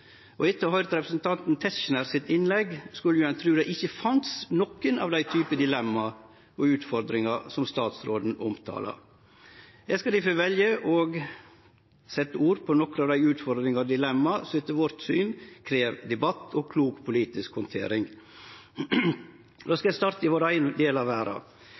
innsats. Etter å ha høyrt representanten Tetzschners innlegg skulle ein tru det ikkje fanst nokon av dei typane dilemma og utfordringar som utanriksministeren omtala. Eg skal difor velje å setje ord på nokre av dei utfordringane og dilemmaa som etter vårt syn krev debatt og klok politisk handtering. Eg skal starte i vår eigen del av verda.